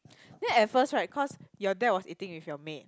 then at first right cause your dad was eating with your maid